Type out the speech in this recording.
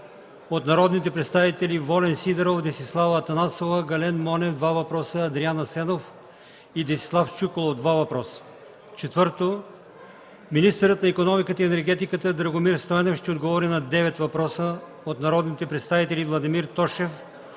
от народните представители Волен Сидеров, Десислава Атанасова, Гален Монев – 2 въпроса, Адриан Асенов и Венцислав Чуколов – 2 въпроса. 4. Министърът на икономиката и енергетиката Драгомир Стойнев ще отговори на 9 въпроса от народните представители Владимир Тошев,